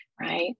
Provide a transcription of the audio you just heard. right